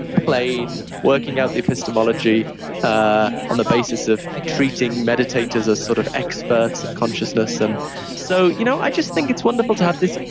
plain working out the epistemology ah on the basis of treating meditators are sort of experts of consciousness. and so you know i just think it's wonderful to have this.